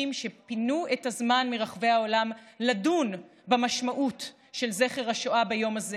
שפינו את הזמן מרחבי העולם לדון במשמעות של זכר השואה ביום הזה